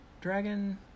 Dragon